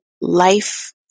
life